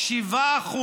4%